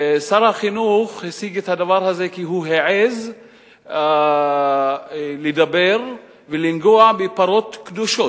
שר החינוך השיג את הדבר הזה כי הוא העז לדבר ולגעת בפרות קדושות.